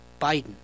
Biden